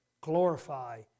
glorify